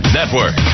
Network